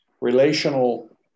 relational